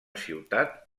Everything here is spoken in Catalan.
ciutat